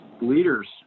leaders